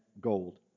gold